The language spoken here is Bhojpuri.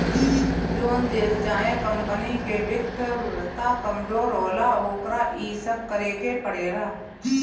जोन देश चाहे कमपनी के वित्त व्यवस्था कमजोर होला, ओकरा इ सब करेके पड़ेला